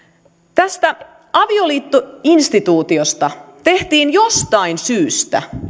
tästä avioliittoinstituutiosta tehtiin jostain syystä